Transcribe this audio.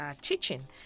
teaching